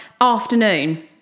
afternoon